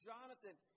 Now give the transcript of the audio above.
Jonathan